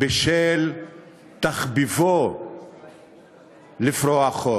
בשל תחביבו לפרוע חוק.